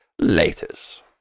laters